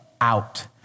out